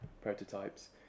prototypes